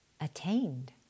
attained